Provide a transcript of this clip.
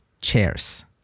chairs